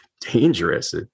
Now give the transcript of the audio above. dangerous